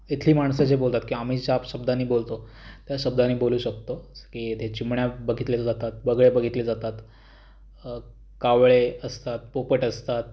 इथली माणसं जे बोलतात की आम्ही शाप शब्दांनी बोलतो त्या शब्दांनी बोलू शकतो की त्या चिमण्या बघितल्या जातात बगळे बघितले जातात कावळे असतात पोपट असतात